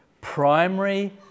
primary